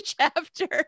chapter